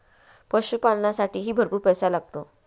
पशुपालनालासाठीही भरपूर पैसा लागतो